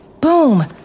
Boom